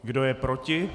Kdo je proti?